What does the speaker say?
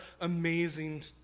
amazing